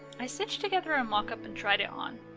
i stitched together a mockup and tried it on.